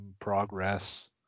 progress